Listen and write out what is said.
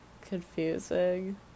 confusing